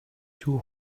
two